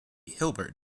hilbert